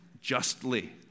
justly